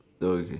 told you